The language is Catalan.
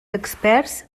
experts